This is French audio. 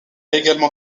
également